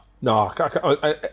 No